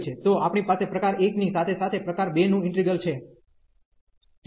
તો આપણી પાસે પ્રકાર 1 ની સાથે સાથે પ્રકાર 2 નું ઈન્ટિગ્રલ છે